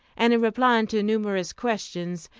and in replying to numerous questions,